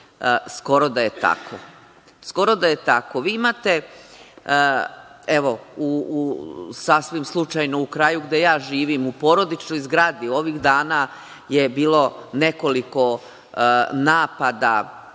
skoro da je tako. Evo, sasvim slučajno u kraju gde ja živim, u porodičnoj zgradi ovih dana je bilo nekoliko napada,